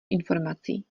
informací